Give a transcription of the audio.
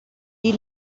die